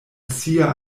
sia